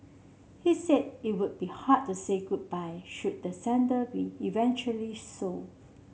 he said it would be hard to say goodbye should the centre be eventually sold